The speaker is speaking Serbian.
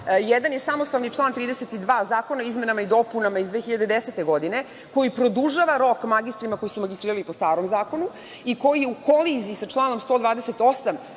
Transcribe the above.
Jedan je samostalni član 32. Zakona o izmenama i dopunama iz 2010. godine, koji produžava rok magistrima koji su magistrirali po starom zakonu i koji je u koliziji sa članom 128.